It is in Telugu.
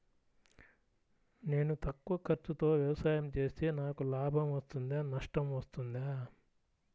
నేను తక్కువ ఖర్చుతో వ్యవసాయం చేస్తే నాకు లాభం వస్తుందా నష్టం వస్తుందా?